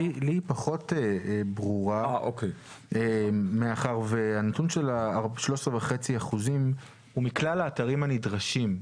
לי היא פחות ברורה מאחר והנתון של ה-13.5% הוא מכלל האתרים הנדרשים.